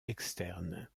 externe